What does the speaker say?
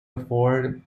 afford